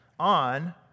on